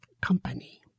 company